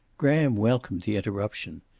graham welcomed the interruption.